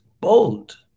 bold